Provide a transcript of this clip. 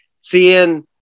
seeing